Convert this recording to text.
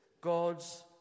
God's